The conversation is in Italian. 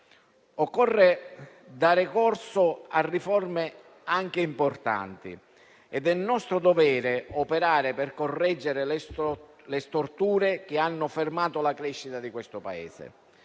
Occorre dare corso a riforme anche importanti ed è nostro dovere operare per correggere le storture che hanno fermato la crescita di questo Paese.